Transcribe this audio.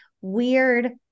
weird